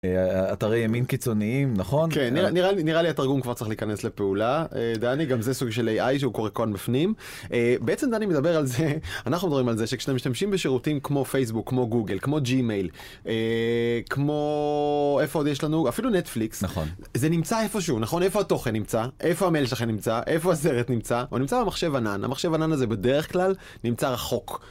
אתרי ימין קיצוניים נכון נראה לי נראה לי התרגום כבר צריך להיכנס לפעולה דני גם זה סוג של איי-איי שהוא קורא כאן בפנים, בעצם דני מדבר על זה אנחנו מדברים על זה שכשאתם משתמשים בשירותים כמו פייסבוק כמו גוגל כמו gmail כמו איפה עוד יש לנו אפילו נטפליקס נכון זה נמצא איפשהו נכון איפה התוכן נמצא איפה המייל שלכם נמצא איפה הסרט נמצא הוא נמצא במחשב ענן, המחשב ענן הזה בדרך כלל נמצא רחוק.